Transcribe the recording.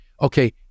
Okay